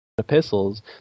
epistles